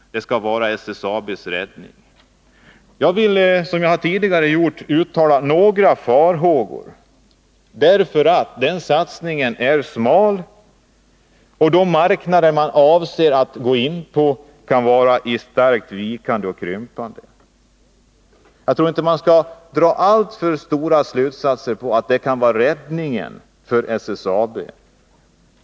Jag har tidigare i det sammanhanget givit uttryck för farhågor. Jag anser att den satsningen är för smal — de marknader som man avser att gå in på kan bli starkt vikande. Jag trorinte att vi skall dra några långtgående slutsatser att den satsningen kan bli räddningen för SSAB.